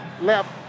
left